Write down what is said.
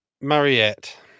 Mariette